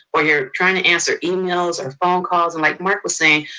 or you're trying to answer emails or phone calls, and like mark was saying,